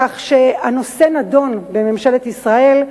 כך שהנושא נדון בממשלת ישראל,